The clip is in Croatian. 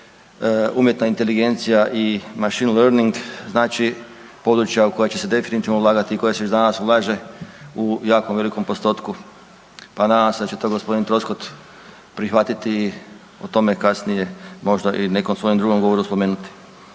umjetna inteligencija i machine learning, znači područja u koja će se definitivno ulagati i koja se već danas ulaže u jako velikom postotku pa nadam se da će to g. Troskot prihvatiti i o tome kasnije možda i nekom svojem drugom govoru spomenuti.